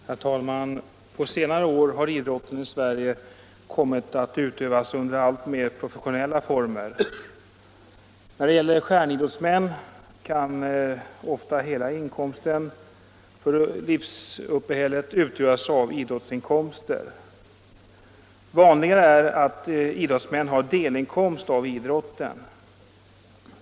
Nr 25 Herr talman! På senare år har idrotten i Sverige kommit att utövas Onsdagen den under alltmer professionella former. När det gäller stjärnidrottsmän kan 19 november 1975 ofta hela inkomsten för livsuppehället utgöras av idrottsinkomster. Det = vanliga är att idrottsmännen har en delinkomst av idrotten.